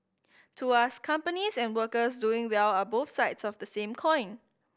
to us companies and workers doing well are both sides of the same coin